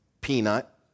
Peanut